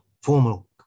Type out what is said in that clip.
formal